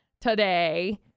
today